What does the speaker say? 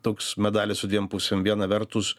toks medalis su dviem pusėm viena vertus